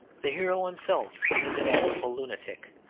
the hero himself is an amiable lunatic.